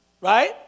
Right